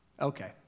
Okay